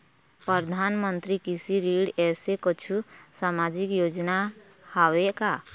परधानमंतरी कृषि ऋण ऐसे कुछू सामाजिक योजना हावे का?